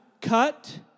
cut